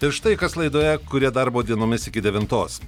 ir štai kas laidoje kuri darbo dienomis iki devintos